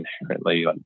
inherently